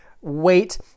wait